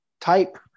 type